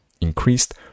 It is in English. Increased